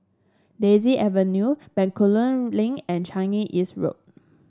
Daisy Avenue Bencoolen Link and Changi East Road